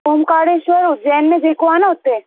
ओंकारेश्वर उज्जैन में जेको आहे न उते